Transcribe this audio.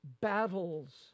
battles